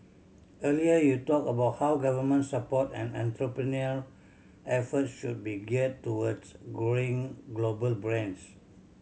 earlier you talked about how government support and entrepreneurial effort should be geared towards growing global brands